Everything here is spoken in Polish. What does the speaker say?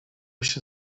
się